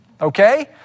okay